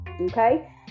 okay